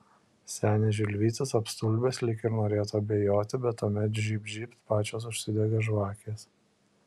senis žilvytis apstulbęs lyg ir norėtų abejoti bet tuomet žybt žybt pačios užsidega žvakės